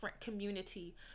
community